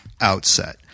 outset